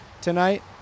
tonight